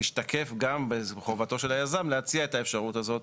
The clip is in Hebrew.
תשוקף גם בחובתו של היזם להציע את האפשרות הזאת